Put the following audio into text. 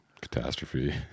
Catastrophe